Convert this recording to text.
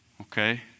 Okay